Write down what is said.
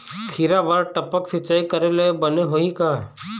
खिरा बर टपक सिचाई करे ले बने होही का?